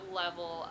level